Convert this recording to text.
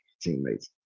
teammates